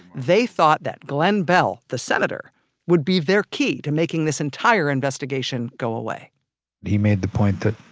they thought that glenn beall the senator would be their key to making this entire investigation go away he made the point that